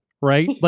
right